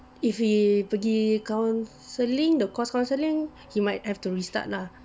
if he pergi counselling the course counselling he might have to restart lah